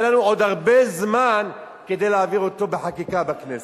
היה לנו עוד הרבה זמן כדי להעביר אותו בחקיקה בכנסת,